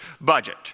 budget